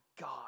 God